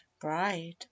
bride